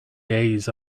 days